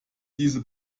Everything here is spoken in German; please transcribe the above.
diese